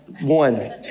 one